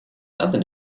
other